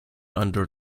under